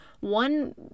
One